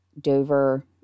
Dover